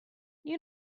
you